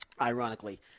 ironically